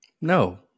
No